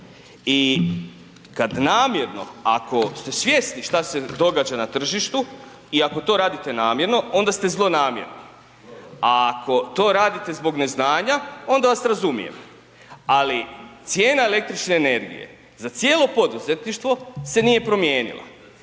i kad namjerno, ako ste svjesni šta se događa na tržištu i ako to radite namjerno, onda ste zlonamjerni a ako to radite zbog neznanja, onda vas razumijem. Ali cijena električne energije za cijelo poduzetništvo se nije promijenila,